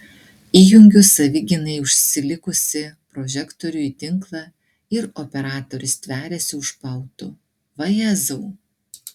įjungiu savigynai užsilikusį prožektorių į tinklą ir operatorius stveriasi už pautų vajezau